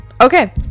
Okay